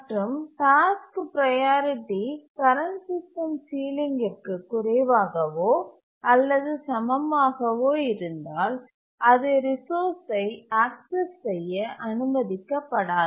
மற்றும் task priority current system சீலிங்கிற்கு குறைவாகவோ அல்லது சமமாகவோ இருந்தால் அது ரிசோர்ஸ்சை ஆக்சஸ் செய்ய அனுமதிக்கப்படாது